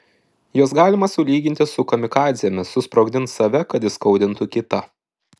juos galima sulyginti su kamikadzėmis susprogdins save kad įskaudintų kitą